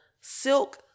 Silk